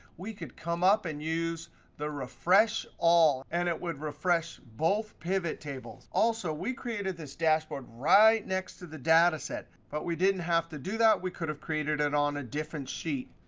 we could come up and use the refresh all, and it would refresh both pivottables. also, we created this dashboard right next to the data set. but we didn't have to do that. we could have created it on a different sheet.